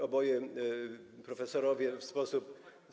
Oboje profesorowie w sposób.